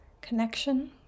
connection